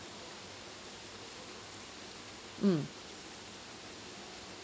mm